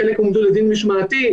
חלק עמדו לדין משמעתי.